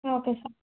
okay sir